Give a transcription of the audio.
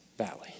valley